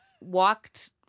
Walked